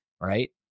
right